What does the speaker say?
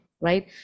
right